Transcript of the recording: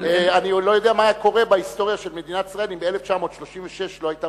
אני לא יודע מה היה קורה בהיסטוריה של מדינת ישראל אם ב-1936 לא היתה